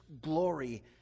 glory